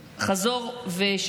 חמורים, חמורים.